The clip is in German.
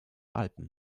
alpen